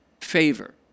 favor